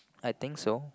I think so